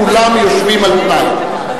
כולם יושבים על תנאי.